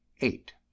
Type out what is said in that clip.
eight